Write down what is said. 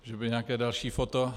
Že by nějaké další foto?